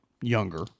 younger